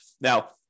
Now